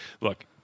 look